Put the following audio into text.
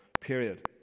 period